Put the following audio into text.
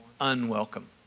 unwelcome